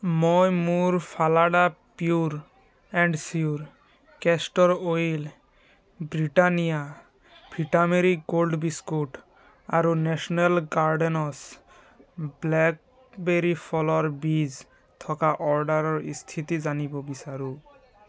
মই মোৰ Phalada pure and sure castor oil Britannia Vita Marie Gold biscuit আৰু National Gardens blackberry ফলৰ বীজ থকা অৰ্ডাৰৰ স্থিতি জানিব বিচাৰোঁ